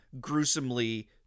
gruesomely